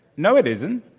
no, it isn't.